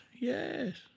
yes